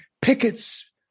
pickets